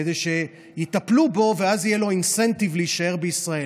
כדי שיטפלו בו ואז יהיה לו אינסנטיב להישאר בישראל.